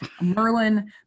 merlin